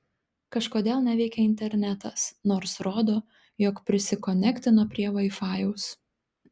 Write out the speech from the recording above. kažkodėl neveikia internetas nors rodo jog prisikonektino prie vaifajaus